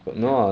ya